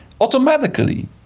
Automatically